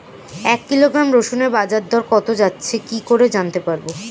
এক কিলোগ্রাম রসুনের বাজার দর কত যাচ্ছে কি করে জানতে পারবো?